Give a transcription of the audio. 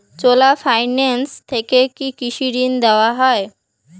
চোলা finance থেকে কি কৃষি ঋণ দেওয়া হয়?